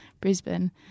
Brisbane